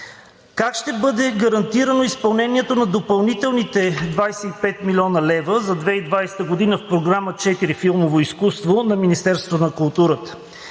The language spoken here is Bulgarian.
Как ще бъде гарантирано изпълнението на допълнителните 25 млн. лв. за 2020 г. в Програма 4 – „Филмово изкуство“, на Министерството на културата?